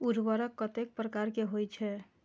उर्वरक कतेक प्रकार के होई छै?